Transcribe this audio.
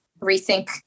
rethink